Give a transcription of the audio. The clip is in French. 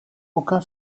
aucun